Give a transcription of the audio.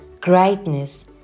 greatness